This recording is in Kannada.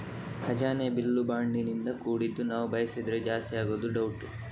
ಖಜಾನೆ ಬಿಲ್ಲು ಬಾಂಡಿನಿಂದ ಕೂಡಿದ್ದು ನಾವು ಬಯಸಿದ್ರೆ ಜಾಸ್ತಿ ಆಗುದು ಡೌಟ್